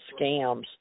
scams